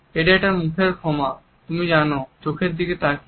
এটা একটা মুখের ক্ষমা তুমি জানো চোখের দিকে তাকিয়ে